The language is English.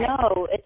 no